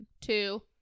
two